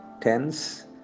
tense